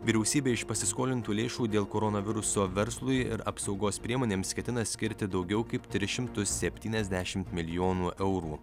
vyriausybė iš pasiskolintų lėšų dėl koronaviruso verslui ir apsaugos priemonėms ketina skirti daugiau kaip tris šimtus septyniasdešim milijonų eurų